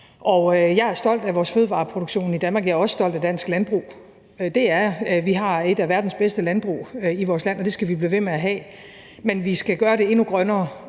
Jeg er stolt af vores fødevareproduktion i Danmark, og jeg er også stolt af dansk landbrug – det er jeg. Vi har et af verdens bedste landbrug i vores land, og det skal blive ved med at have, men vi skal gøre det endnu grønnere